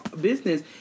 business